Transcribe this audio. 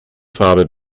farbe